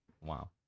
Wow